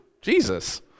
Jesus